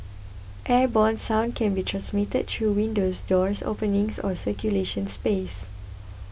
airborne sound can be transmitted through windows doors openings or circulation space